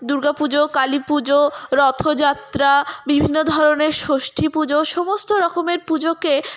দুর্গা পুজো কালী পুজো রথযাত্রা বিভিন্ন ধরনের ষষ্ঠী পুজো সমস্ত রকমের পুজোকে